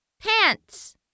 Pants